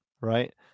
right